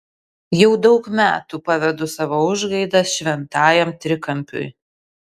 jau daug metų pavedu savo užgaidas šventajam trikampiui